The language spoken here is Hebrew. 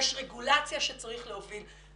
יש רגולציה שצריך להוביל.